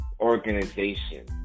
organization